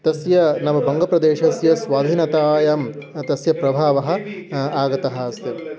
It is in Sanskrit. तस्य नाम बङ्गप्रदेशस्य स्वाधीनतायां तस्य प्रभावः आगतः आसन्